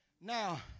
Now